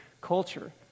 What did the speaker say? culture